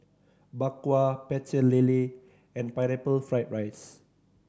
Bak Kwa Pecel Lele and Pineapple Fried rice